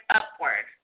upward